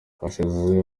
hashize